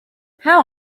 how